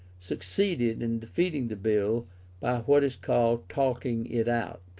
succeeded in defeating the bill by what is called talking it out.